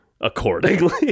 accordingly